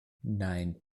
nein